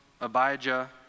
Abijah